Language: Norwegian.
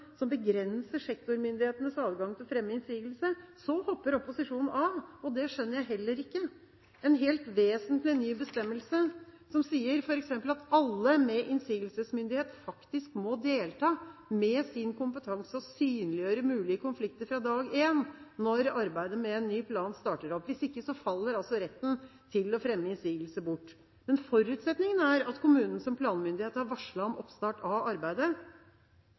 som begrenser sektormyndighetenes adgang til å fremme innsigelse, så hopper opposisjonen av. Det skjønner jeg heller ikke. En helt vesentlig ny bestemmelse sier f.eks. at alle med innsigelsesmyndighet faktisk må delta med sin kompetanse og synliggjøre mulige konflikter fra dag én når arbeidet med en ny plan starter opp. Hvis ikke faller altså retten til å fremme innsigelse bort. Forutsetningen er at kommunen som planmyndighet har varslet om oppstart av arbeidet.